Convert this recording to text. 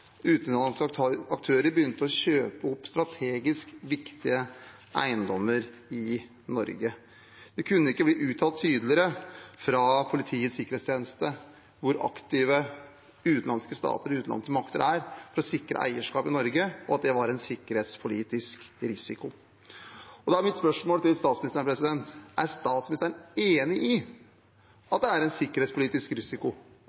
utenlandske aktører begynte å kjøpe opp strategisk viktige eiendommer i Norge. Det kunne ikke bli uttalt tydeligere fra Politiets sikkerhetstjeneste hvor aktive utenlandske stater og utenlandske makter er for å sikre eierskap i Norge, og at det var en sikkerhetspolitisk risiko. Da er mitt spørsmål til statsministeren: Er statsministeren enig i at det er en sikkerhetspolitisk risiko